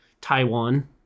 Taiwan